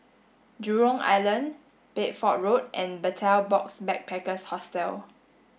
Jurong Island Bedford Road and Betel Box Backpackers Hostel